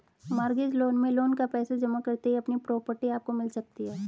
mortgage loan में loan का पैसा जमा करते ही अपनी प्रॉपर्टी आपको मिल सकती है